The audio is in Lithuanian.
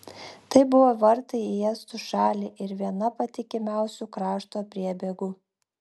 tai buvo vartai į estų šalį ir viena patikimiausių krašto priebėgų